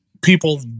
people